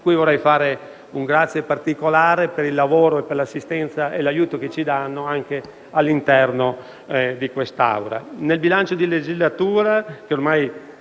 cui vorrei rivolgere un grazie particolare per il lavoro, l'assistenza e l'aiuto che ci danno anche all'interno di questa Aula.